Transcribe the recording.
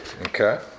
Okay